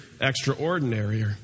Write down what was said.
extraordinary